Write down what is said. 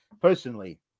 personally